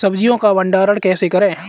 सब्जियों का भंडारण कैसे करें?